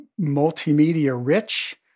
multimedia-rich